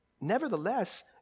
nevertheless